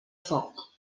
foc